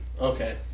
okay